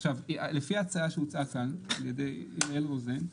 עכשיו, לפי ההצעה שהוצעה כאן על ידי ענת רוזה,